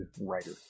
writer